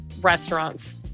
restaurants